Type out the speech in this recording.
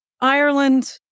Ireland